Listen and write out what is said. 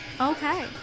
Okay